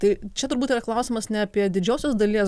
tai čia turbūt yra klausimas ne apie didžiosios dalies